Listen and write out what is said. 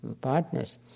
partners